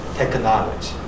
Technology